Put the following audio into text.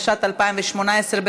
התשע"ט 2018,